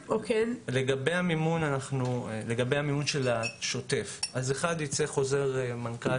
לגבי המימון של השוטף: יצא חוזר מנכ"ל